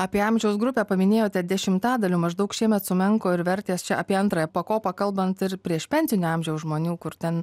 apie amžiaus grupę paminėjote dešimtadaliu maždaug šiemet sumenko ir vertės čia apie antrąją pakopą kalbant ir priešpensinio amžiaus žmonių kur ten